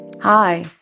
Hi